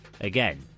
Again